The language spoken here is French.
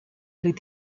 avec